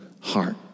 heart